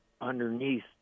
underneath